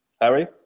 Harry